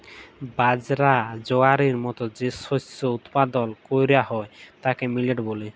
বাজরা, জয়ারের মত যে শস্য উৎপাদল ক্যরা হ্যয় তাকে মিলেট ব্যলে